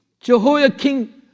Jehoiakim